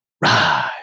rise